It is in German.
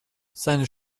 seine